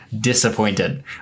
disappointed